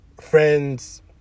friends